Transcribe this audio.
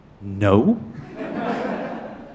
no